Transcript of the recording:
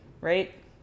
right